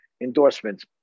endorsements